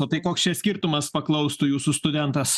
o tai koks čia skirtumas paklaustų jūsų studentas